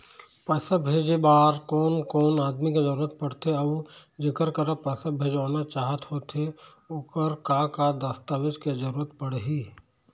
पैसा भेजे बार कोन कोन आदमी के जरूरत पड़ते अऊ जेकर करा पैसा भेजवाना चाहत होथे ओकर का का दस्तावेज के जरूरत पड़ही?